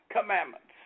commandments